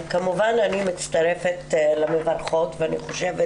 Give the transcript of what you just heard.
כמובן אני מצטרפת למברכות ואני חושבת